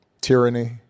tyranny